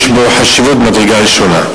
יש בו חשיבות ממדרגה ראשונה.